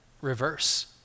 reverse